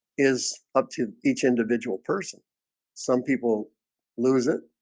is up to each individual person some people lose it